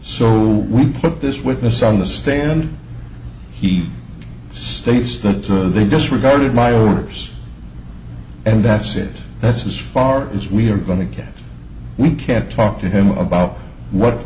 so we put this witness on the stand he states that too they disregarded my orders and that's it that's as far as we're going to get we can't talk to him about what